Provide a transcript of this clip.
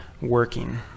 working